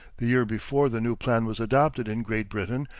the year before the new plan was adopted in great britain,